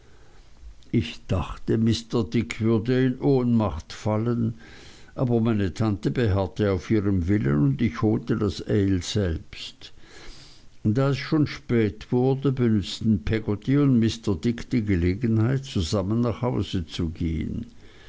ich dachte mr dick würde in ohnmacht fallen aber meine tante beharrte auf ihrem willen und ich holte das ale selbst da es schon spät wurde benützten peggotty und mr dick die gelegenheit zusammen nach hause zu gehen